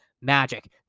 magic